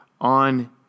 on